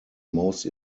most